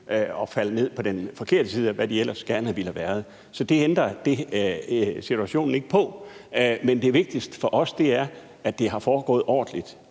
der falder ned på den forkerte side af, hvor de ellers gerne ville have været. Så det ændrer situationen ikke på, men det vigtigste for os er, at det har foregået ordentligt.